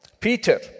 Peter